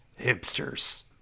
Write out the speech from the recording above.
Hipsters